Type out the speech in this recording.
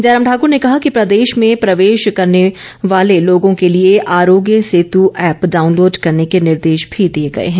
जयराम ठाक़र ने कहा कि प्रदेश में प्रवेश करने वाले लोगों के लिए आरोग्य सेत ऐप डाउनलोड करने के निर्देश भी दिए गए हैं